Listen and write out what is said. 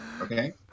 Okay